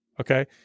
Okay